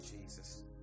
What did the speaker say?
Jesus